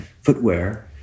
footwear